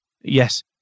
yes